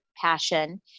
Passion